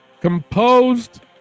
composed